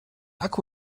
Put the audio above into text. akku